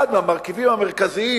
אחד המרכיבים המרכזיים